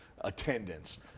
attendance